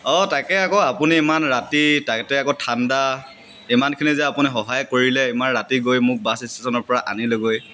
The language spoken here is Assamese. অঁ তাকে আকৌ আপুনি ইমান ৰাতি তাতে আকৌ ঠাণ্ডা ইমানখিনি যে আপুনি সহায় কৰিলে ইমান ৰাতি গৈ মোক বাছ ষ্টেশ্যনৰ পৰা আনিলেগৈ